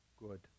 good